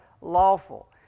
lawful